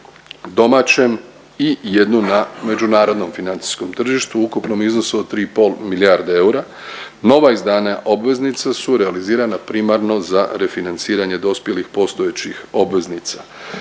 domaćem i jednu na međunarodnom financijskom tržištu u ukupnom iznosu od 3,5 milijarde eura, nova izdanja obveznica su realizirana primarno za refinanciranje dospjelih postojećih obveznica.